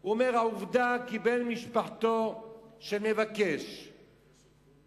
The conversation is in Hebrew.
הוא אומר: העובדה כי בן משפחתו של מבקש הרשיון,